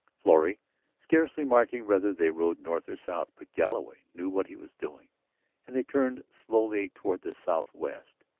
florrie scarcely marking whether they rode north or south. but galloway knew what he was doing and they turned slowly toward the southwest.